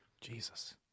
jesus